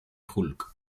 hulk